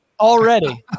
Already